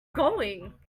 going